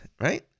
right